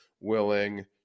willing